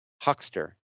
huckster